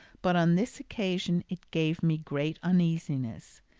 but on this occasion it gave me great uneasiness.